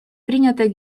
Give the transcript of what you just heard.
принятой